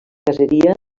caseria